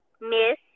miss